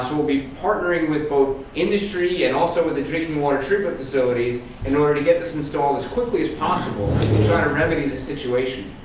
so we'll be partnering with both industry and also with the drinking water tripa facilities in order to get this installed as quickly as possible to try to remedy this situation.